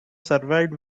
survived